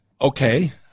Okay